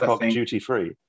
duty-free